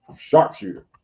Sharpshooter